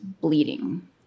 bleeding